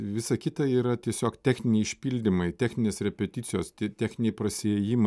visa kita yra tiesiog techniniai išpildymai techninės repeticijos t techniniai prasiėjimai